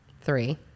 Three